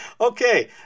Okay